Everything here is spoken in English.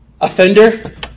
Offender